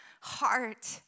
heart